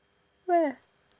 where